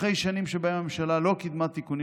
אחרי שנים שבהן הממשלה לא קידמה תיקונים